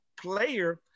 player